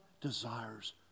desires